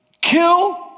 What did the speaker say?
Kill